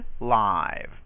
live